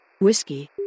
Whiskey